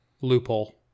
Loophole